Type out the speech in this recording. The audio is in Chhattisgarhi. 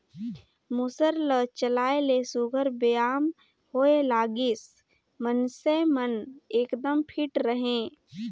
मूसर ल चलाए ले सुग्घर बेयाम होए लागिस, मइनसे मन एकदम फिट रहें